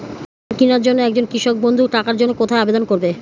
Tractor কিনার জন্য একজন কৃষক বন্ধু টাকার জন্য কোথায় আবেদন করবে?